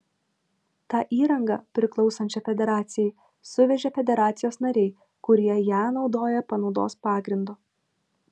tą įrangą priklausančią federacijai suvežė federacijos nariai kurie ją naudoja panaudos pagrindu